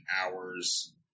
hours